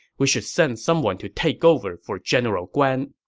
we should send someone to take over for general guan.